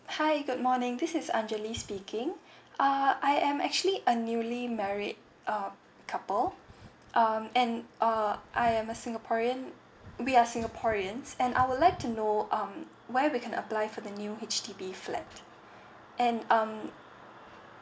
hi good morning this is angelie speaking uh I am actually a newly married uh couple um and uh I'm a singaporean we are singaporeans and I would like to know um where we can apply for the new H_D_B flat and um